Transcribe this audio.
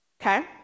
okay